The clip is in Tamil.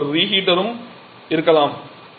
எங்களிடம் ஒரு ரீஹீட்டரும் இருக்கலாம்